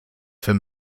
for